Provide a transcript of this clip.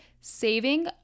Saving